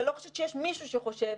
ולא חושבת שיש מישהו שחושב,